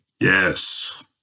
Yes